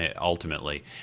ultimately